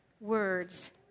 words